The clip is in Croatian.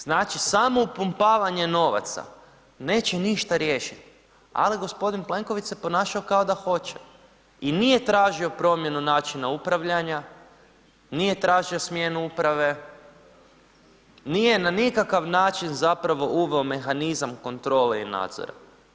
Znači samo upumpavanje novaca neće ništa riješiti, ali gospodin Plenković se ponašao kao da hoće i nije tražio promjenu načina upravljanja, nije tražio smjenu prave, nije na nikakav način zapravo uveo mehanizam kontrole i nadzora.